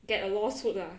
get a lawsuit lah